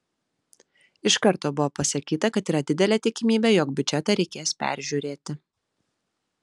iš karto buvo pasakyta kad yra didelė tikimybė jog biudžetą reikės peržiūrėti